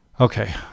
Okay